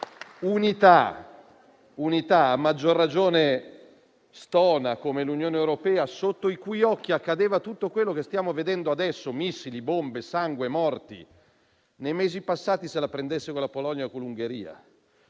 unità. A maggior ragione stona come l'Unione europea, sotto i cui occhi accadeva tutto quello che stiamo vedendo adesso (missili, bombe, sangue, morti), nei mesi passati se la prendesse con la Polonia o con l'Ungheria.